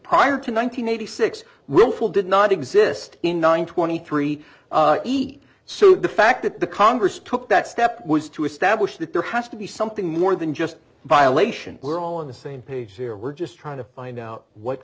prior to nine hundred eighty six willful did not exist in nine twenty three eat so the fact that the congress took that step was to establish that there has to be something more than just violation we're all on the same page here we're just trying to find out what